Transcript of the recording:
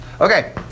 Okay